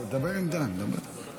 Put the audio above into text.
ניתן לך גם עוד 15, מגיע לך.